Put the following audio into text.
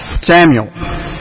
Samuel